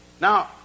Now